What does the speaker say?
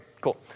cool